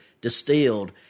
distilled